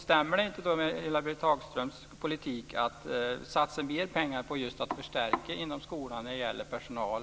Stämmer det då inte med Ulla-Britt Hagströms politik att satsa mer pengar på att just förstärka inom skolan när det gäller personal?